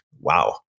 Wow